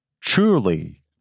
truly